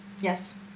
Yes